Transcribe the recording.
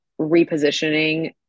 repositioning